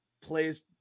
plays –